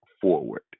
forward